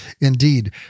Indeed